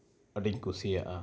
ᱟᱹᱰᱤᱧ ᱠᱩᱥᱤᱭᱟᱜᱼᱟ